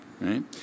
right